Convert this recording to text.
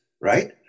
right